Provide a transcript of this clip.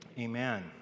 Amen